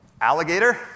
Alligator